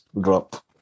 drop